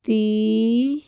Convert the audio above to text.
ਦੀ